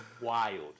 wild